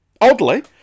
Oddly